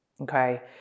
okay